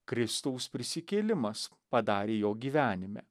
kristaus prisikėlimas padarė jo gyvenime